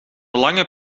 lange